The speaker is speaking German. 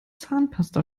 zahnpasta